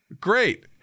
great